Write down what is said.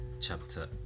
chapter